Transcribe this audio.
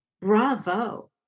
bravo